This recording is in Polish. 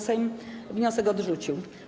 Sejm wniosek odrzucił.